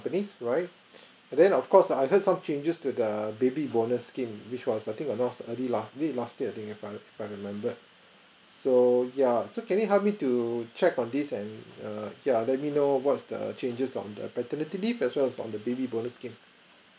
companies alright and then of course I heard some changes to the baby bonus scheme which was I think almost early last year last year I think if I if I not remember so yeah so can you help me to check on this and err yeah let me know what's the changes on the paternity leave as well as for the baby bonus scheme